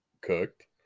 cooked